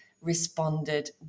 responded